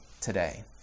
today